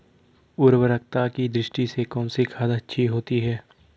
उर्वरकता की दृष्टि से कौनसी खाद अच्छी होती है?